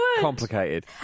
Complicated